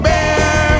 Bear